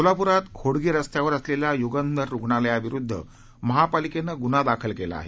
सोलापुरात होडगी रस्त्यावर असलेल्या युगंधर रुग्णालयाविरुद्ध महापालिकेनं गुन्हा दाखल केला आहे